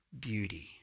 beauty